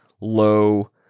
low